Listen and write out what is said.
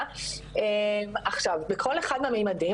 עכשיו בכל אחד מהמימדים,